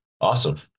Awesome